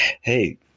hey